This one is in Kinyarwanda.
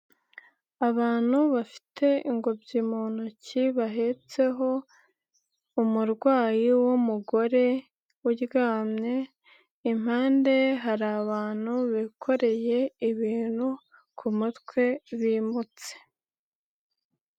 Abantu bafite ingobyi mu ntoki bahetseho umurwayi w'umugore uryamye, impande hari abantu bikoreye ibintu ku mutwe bimutse.